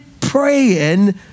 praying